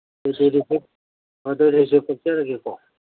ꯑꯗꯨ ꯔꯤꯁꯤꯞ ꯀꯛꯆꯔꯒꯦꯀꯣ